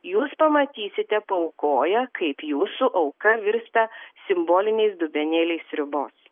jūs pamatysite paaukoję kaip jūsų auka virsta simboliniais dubenėliais sriubos